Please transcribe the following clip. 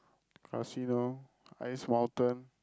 casino ice mountain